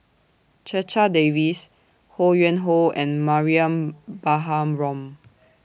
Checha Davies Ho Yuen Hoe and Mariam Baharom